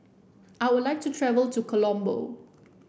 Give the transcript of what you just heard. I would like to travel to Colombo